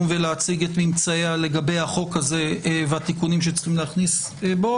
ולהציג את ממצאיה לגבי החוק הזה והתיקונים שיש להכניס בו,